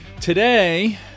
Today